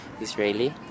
Israeli